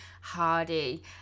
hardy